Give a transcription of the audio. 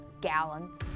gallons